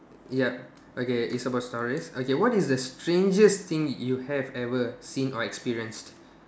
yup okay it's about stories okay what is the strangest thing you have ever seen or experienced